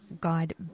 God